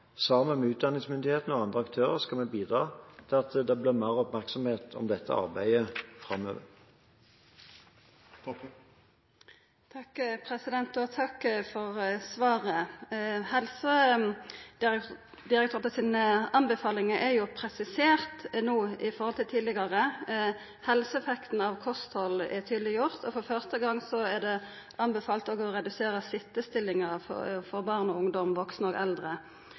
med utdanningsmyndighetene og andre aktører skal vi bidra til at det blir mer oppmerksomhet om dette arbeidet framover. Takk for svaret. Helsedirektoratet sine anbefalingar er jo presiserte no i forhold til tidlegare. Helseeffekten av kosthald er gjord tydeleg, og for første gong er det anbefalt òg å redusera sitjestillingar for barn og ungdom, vaksne og eldre.